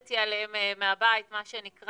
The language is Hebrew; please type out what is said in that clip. למדתי עליהן מהבית מה שנקרא,